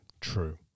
true